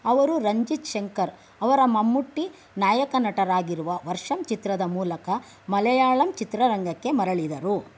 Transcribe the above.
ಅವರು ರಂಜಿತ್ ಶಂಕರ್ ಅವರ ಮಮ್ಮುಟ್ಟಿ ನಾಯಕ ನಟರಾಗಿರುವ ವರ್ಷಮ್ ಚಿತ್ರದ ಮೂಲಕ ಮಲಯಾಳಂ ಚಿತ್ರರಂಗಕ್ಕೆ ಮರಳಿದರು